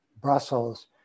Brussels